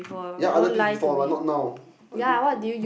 ya other things before but not now I don't care